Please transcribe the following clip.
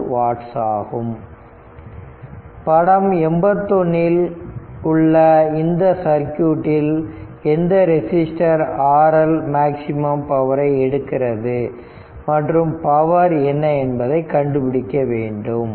44 watts ஆகும் படம் 81 இல் உள்ள இந்த சர்க்யூட்டில் எந்த ரெசிஸ்டர் RL மேக்ஸிமம் பவரை எடுக்கிறது மற்றும் பவர் என்ன என்பதை கண்டுபிடிக்க வேண்டும்